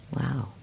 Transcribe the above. Wow